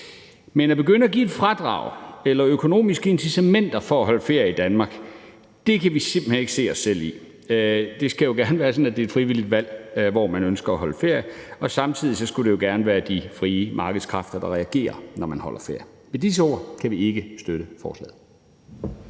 Men at begynde at give et fradrag eller økonomiske incitamenter for at holde ferie i Danmark kan vi simpelt hen ikke se os selv i. Det skal jo gerne være sådan, at det er et frivilligt valg, hvor man ønsker at holde ferie, og samtidig skulle det gerne være de frie markedskræfter, der reagerer, når man holder ferie. Med disse ord kan vi ikke støtte forslaget.